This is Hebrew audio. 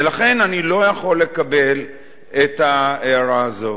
ולכן אני לא יכול לקבל את ההערה הזאת.